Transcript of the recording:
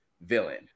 villain